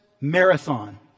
marathon